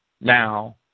Now